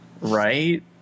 right